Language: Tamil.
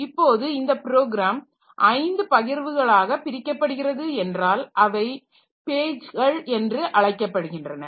இப்போது இந்த ப்ரோகிராம் 5 பகிர்வுகளாக பிரிக்கப்படுகிறது என்றால் அவை பேஜ்கள் என்று அழைக்கப்படுகின்றன